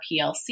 PLC